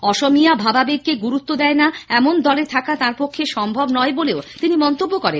অসমীয়া ভাবাবেগকে গুরুত্ব দেয়না এমন দলে থাকা তাঁর পক্ষে সম্ভব নয় বলেও তিনি মন্তব্য করেন